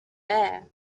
air